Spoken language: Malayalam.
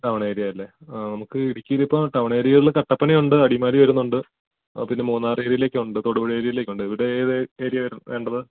ടൗൺ ഏരിയ അല്ലെ ആ നമുക്ക് ഇടുക്കിയിൽ ഇപ്പോൾ ടൗൺ കട്ടപ്പനയുണ്ട് അടിമാലി വരുന്നുണ്ട് പിന്നെ മൂന്നാർ ഏരിയയിലേക്ക് ഉണ്ട് തൊടുപുഴ ഏരിയലൊക്കെ ഉണ്ട് ഇവിടെ ഏത് ഏരിയ വേണ്ടത്